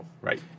Right